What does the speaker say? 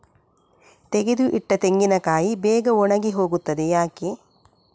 ತೆಗೆದು ಇಟ್ಟ ತೆಂಗಿನಕಾಯಿ ಬೇಗ ಒಣಗಿ ಹೋಗುತ್ತದೆ ಯಾಕೆ?